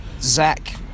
Zach